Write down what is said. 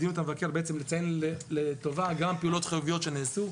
מדיניות המבקר לציין לטובה גם פעולות חיוביות שנעשו.